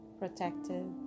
protected